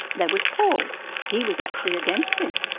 there was paul he was actually against him.